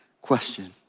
question